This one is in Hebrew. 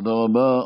תודה רבה.